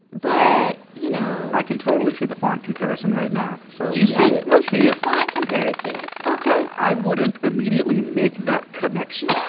but, you know. i can totally see the font comparison right now so. you see it? i see it the font comparison i see ok i wouldn't immediately make that connection.